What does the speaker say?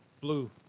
blue